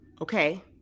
Okay